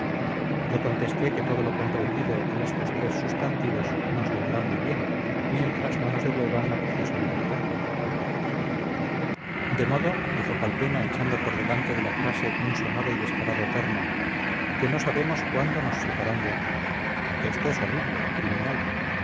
yo contesté que todo lo comprendido en estos tres sustantivos nos vendrá muy bien mientras no nos devuelvan la preciosa libertad de modo dijo calpena echando por delante de la frase un sonoro y descarado terno que no sabemos cuándo nos sacarán de aquí esto es horrible criminal